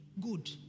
Good